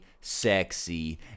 sexy